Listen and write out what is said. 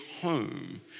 home